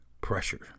pressure